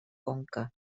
conca